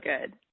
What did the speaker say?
good